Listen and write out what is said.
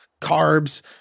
carbs